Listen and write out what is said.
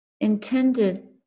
intended